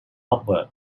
upward